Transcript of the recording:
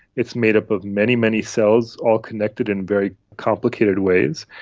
it's made up of many, many cells, all connected in very complicated ways.